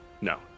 No